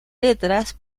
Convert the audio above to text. letras